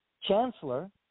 chancellor